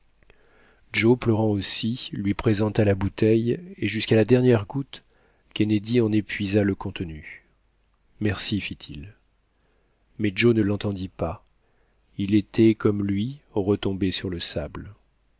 joe pleurant aussi lui présenta la bouteille et jusqu'à la dernière goutte kennedy en épuisa le contenu merci fit-il mais joe ne l'entendit pas il était comme lui retombé sur le sable